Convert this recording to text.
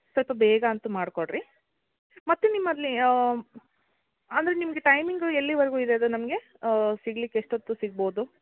ಸ್ವಲ್ಪ ಬೇಗ ಅಂತೂ ಮಾಡಿಕೊಡ್ರಿ ಮತ್ತೆ ನಿಮ್ಮಲ್ಲಿ ಅಂದರೆ ನಿಮಗೆ ಟೈಮಿಂಗ್ ಎಲ್ಲಿವರೆಗೂ ಇದೆ ಅದು ನಮಗೆ ಸಿಗ್ಲಿಕ್ಕೆ ಎಷ್ಟೊತ್ತು ಸಿಗ್ಬಹುದು